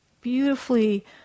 Beautifully